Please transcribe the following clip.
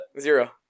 Zero